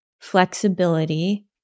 flexibility